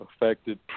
Affected